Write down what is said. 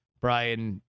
Brian